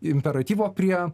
imperatyvo prie